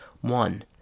One